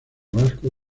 vasco